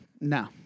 No